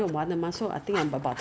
like um